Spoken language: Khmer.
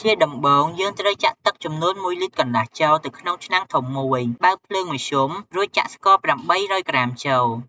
ជាដំបូង យើងត្រូវចាក់ទឹកចំនួន ១លីត្រកន្លះចូលទៅក្នុងឆ្នាំងធំមួយ បើកភ្លើងមធ្យម រួចចាក់ស្ករ ៨០០ក្រាមចូល។